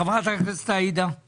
חבר הכנסת עאידה, בבקשה.